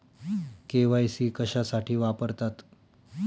KYC कशासाठी वापरतात?